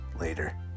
Later